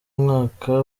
umwaka